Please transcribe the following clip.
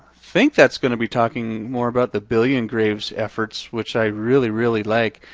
think that's gonna be talking more about the billion graves efforts, which i really, really like.